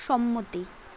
সম্মতি